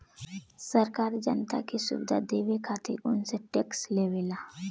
सरकार जनता के सुविधा देवे खातिर उनसे टेक्स लेवेला